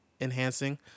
enhancing